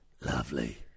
Lovely